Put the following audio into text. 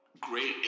great